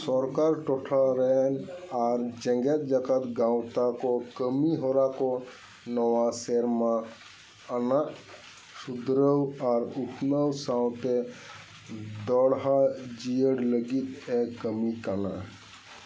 ᱥᱚᱨᱠᱟᱨ ᱴᱚᱴᱷᱟ ᱨᱮᱱ ᱟᱨ ᱡᱮᱜᱮᱫ ᱡᱟᱠᱟᱛ ᱜᱟᱶᱛᱟ ᱠᱚ ᱠᱟᱹᱢᱤ ᱦᱚᱨᱟ ᱠᱚ ᱱᱚᱣᱟ ᱥᱮᱨᱢᱟ ᱟᱱᱟᱜ ᱥᱩᱫᱽᱨᱟᱹᱣ ᱟᱨ ᱩᱛᱱᱟᱹᱣ ᱥᱟᱶᱛᱮ ᱫᱚᱲᱦᱟ ᱡᱤᱭᱟᱹᱲ ᱞᱟᱹᱜᱤᱫᱼᱮ ᱠᱟᱹᱢᱤ ᱠᱟᱱᱟ